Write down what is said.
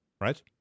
right